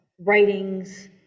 writings